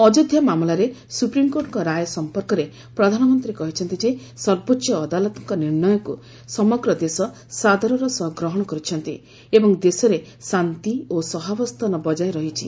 ଅଯୋଧ୍ୟା ମାମଲାରେ ସୁପ୍ରିମକୋର୍ଟଙ୍କ ରାୟ ସଂପର୍କରେ ପ୍ରଧାନମନ୍ତ୍ରୀ କହିଛନ୍ତି ଯେ ସର୍ବୋଚ୍ଚ ଅଦାଲତଙ୍କ ନିର୍ଣ୍ଣୟକୁ ସମଗ୍ର ଦେଶ ସାଦରର ସହ ଗ୍ରହଣ କରିଛନ୍ତି ଏବଂ ଦେଶରେ ଶାନ୍ତି ଓ ସହାବସ୍ଥାନ ବକାୟ ରହିଛି